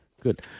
Good